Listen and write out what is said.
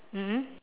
mm mm